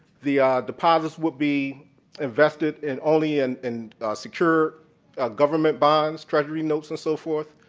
the deposits would be invested in only and and secure government bonds, treasury notes and so forth.